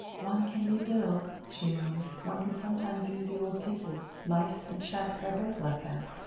one can rebuild, she murmured. one can sometimes use the old pieces. life and chess are both like that.